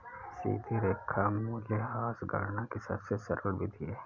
सीधी रेखा मूल्यह्रास गणना की सबसे सरल विधि है